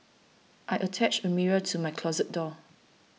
I attached a mirror to my closet door